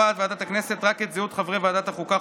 קובעת ועדת הכנסת רק את זהות חברי ועדת החוקה,